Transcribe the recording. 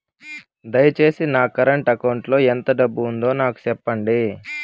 దయచేసి నా current account లో ఎంత డబ్బు ఉందో నాకు సెప్పండి